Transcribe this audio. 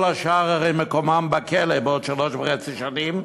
כל השאר הרי מקומם בכלא בעוד שלוש וחצי שנים,